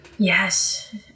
Yes